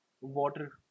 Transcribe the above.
water